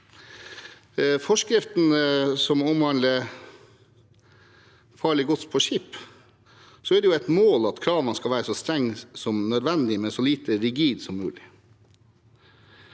forskriften som omhandler farlig gods på skip, er det et mål at kravene skal være så strenge som nødvendig, men så lite rigide som mulig.